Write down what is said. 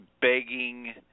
begging